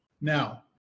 Now